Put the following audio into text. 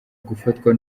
gufatwa